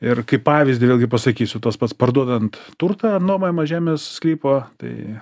ir kaip pavyzdį vėlgi pasakysiu tas pats parduodant turtą nuomojamo žemės sklypo tai